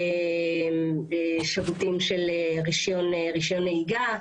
שירותים של רישיון נהיגה.